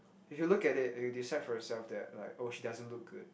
if you look at it and you decide for yourself that like oh she doesn't look good